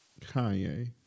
Kanye